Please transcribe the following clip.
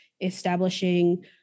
establishing